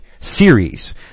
series